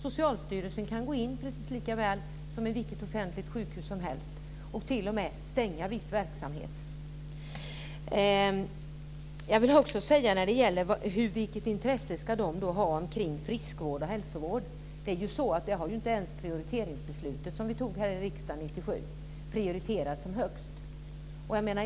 Socialstyrelsen kan gå in som i vilket offentligt sjukhus som helst och t.o.m. stänga viss verksamhet. När det gäller vilket intresse de privata ägarna har av friskvård och hälsovård har ju inte ens det prioriteringsbeslut som vi fattade i riksdagen 1997 prioriterat detta som högst.